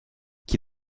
qui